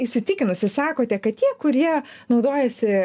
įsitikinusi sakote kad tie kurie naudojasi